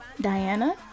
Diana